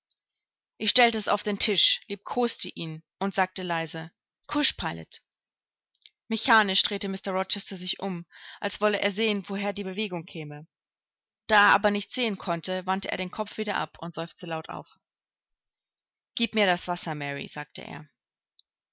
ich stellte es dann auf den tisch liebkoste ihn und sagte leise kusch pilot mechanisch drehte mr rochester sich um als wolle er sehen woher die bewegung käme da er aber nichts sehen konnte wandte er den kopf wieder ab und seufzte laut auf gieb mir das wasser mary sagte er